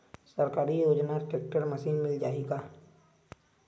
सरकारी योजना tractor machine मिल जाही का?